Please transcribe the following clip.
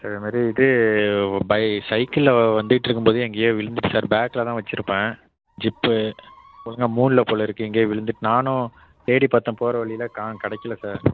sir இதை மாதிரி இது பை சைக்கிளில் வந்துட்டுருக்கும் போது எங்கேயோ விழுந்துட்டு சார் பேக்கில் தான் வச்சுருப்பேன் ஜிப் ஒழுங்காக மூடுலை போல் இருக்கு எங்கேயோ விழுந்துவிட்டு நானும் தேடிப்பாத்தேன் போகிற வழியில காணும் கிடைக்கல சார்